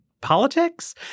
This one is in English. politics